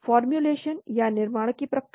formulation या निर्माण की प्रक्रिया